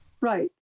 Right